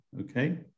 okay